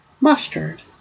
mustard